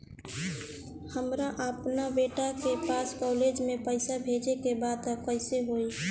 हमरा अपना बेटा के पास कॉलेज में पइसा बेजे के बा त कइसे होई?